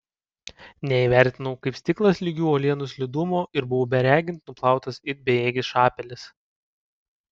neįvertinau kaip stiklas lygių uolienų slidumo ir buvau beregint nuplautas it bejėgis šapelis